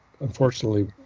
unfortunately